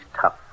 tough